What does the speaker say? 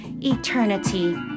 eternity